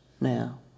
now